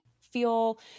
feel